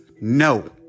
No